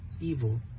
evil